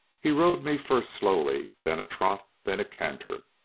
he rode me first slowly, then a trot, then a canter,